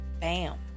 bam